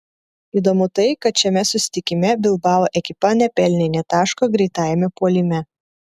įdomu tai kad šiame susitikime bilbao ekipa nepelnė nė taško greitajame puolime